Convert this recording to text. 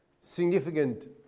significant